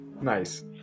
Nice